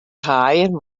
haaien